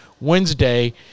Wednesday